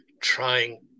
trying